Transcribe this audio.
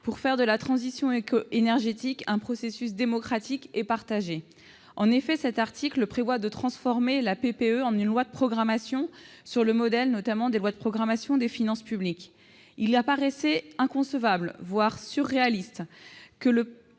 pour faire de la transition énergétique un processus démocratique et partagé. En effet, cet article prévoit de transformer la PPE en une loi de programmation, sur le modèle, notamment, des lois de programmation des finances publiques. Il apparaissait inconcevable, voire surréaliste,